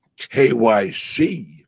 KYC